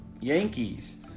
Yankees